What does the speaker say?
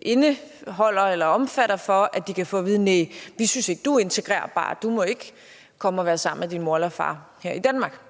indebærer, for, at de kan få at vide: Næ, vi synes ikke, du er integrerbar. Du må ikke komme og være sammen med din mor eller far her i Danmark.